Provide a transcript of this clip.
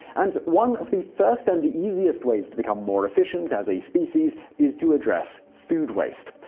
and one of the first and easiest ways to become more efficient as a species is to address food waste.